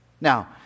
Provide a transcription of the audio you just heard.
Now